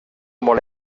molt